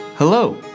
Hello